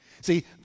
See